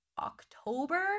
October